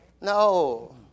No